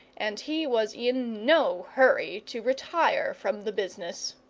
and he was in no hurry to retire from the business.